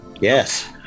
Yes